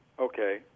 Okay